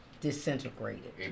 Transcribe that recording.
disintegrated